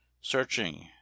searching